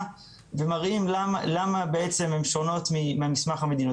ומראים למה בעצם הם שונים ממסמך המדיניות.